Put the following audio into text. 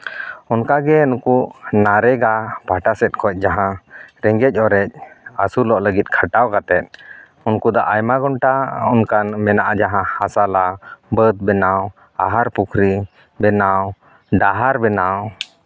ᱚᱱᱠᱟ ᱜᱮ ᱱᱩᱠᱩ ᱱᱟᱨᱮᱜᱟ ᱯᱟᱦᱴᱟ ᱥᱮᱫ ᱠᱷᱚᱱ ᱡᱟᱦᱟᱸ ᱨᱮᱸᱜᱮᱡ ᱚᱨᱮᱡ ᱟᱹᱥᱩᱞᱚᱜ ᱞᱟᱹᱜᱤᱫ ᱠᱷᱟᱴᱟᱣ ᱠᱟᱛᱮ ᱩᱱᱠᱩ ᱫᱚ ᱟᱭᱢᱟ ᱜᱷᱚᱱᱴᱟ ᱚᱱᱠᱟ ᱢᱮᱱᱟᱜᱼᱟ ᱡᱟᱦᱟᱸ ᱦᱟᱥᱟ ᱞᱟ ᱵᱟᱹᱫ ᱵᱮᱱᱟᱣ ᱟᱦᱟᱨ ᱯᱩᱠᱷᱨᱤ ᱵᱮᱱᱟᱣ ᱰᱟᱦᱟᱨ ᱵᱮᱱᱟᱣ